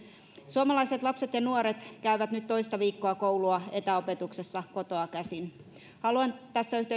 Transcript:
suomalaiset lapset ja nuoret käyvät nyt toista viikkoa koulua etäopetuksessa kotoa käsin haluan